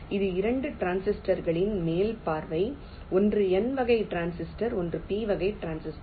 இது 2 டிரான்சிஸ்டர்களின் மேல் பார்வை ஒன்று N வகை டிரான்சிஸ்டர் ஒன்று P வகை டிரான்சிஸ்டர்